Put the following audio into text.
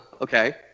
okay